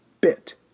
bit